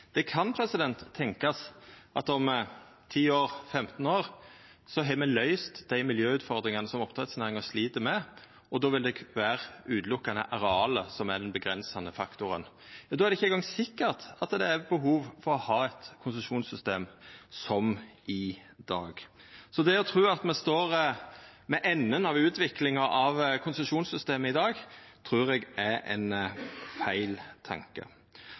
Ein kan tenkja seg at om ti–femten år har me løyst dei miljøutfordringane som oppdrettsnæringa slit med, og då vil det berre vera arealet som er ein avgrensande faktor. Då er det ikkje eingong sikkert at det er behov for å ha eit konsesjonssystem som i dag. At me står ved enden av utviklinga av konsesjonssystemet i dag, trur eg er ein feil tanke.